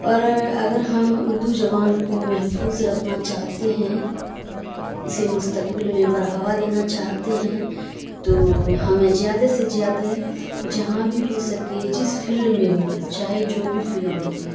اور اگر ہم اردو زبان کو محفوظ رکھنا چاہتے ہیں اسے مستقبل میں بڑھاوا دینا چاہتے ہیں تو ہمیں زیادہ سے زیادہ جہاں بھی ہو سکے جس فیلڈ میں ہو چاہے جو بھی فیلڈ ہو